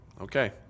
Okay